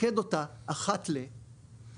פוקד אותה אחת לכמה זמן,